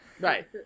Right